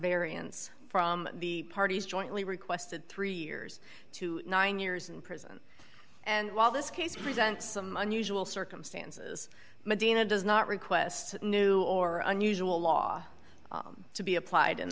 variance from the parties jointly requested three years to nine years in prison and while this case presents some unusual circumstances medina does not request new or unusual law to be applied in